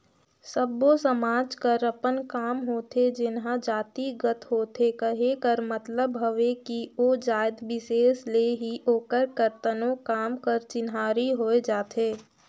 सब्बो समाज कर अपन काम होथे जेनहा जातिगत होथे कहे कर मतलब हवे कि ओ जाएत बिसेस ले ही ओकर करतनो काम कर चिन्हारी होए जाथे